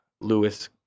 Lewis